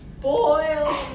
boil